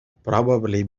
probably